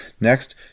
Next